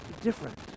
different